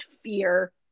fear